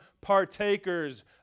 partakers